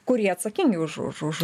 kurie atsakingi už už už